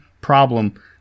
problem